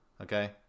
Okay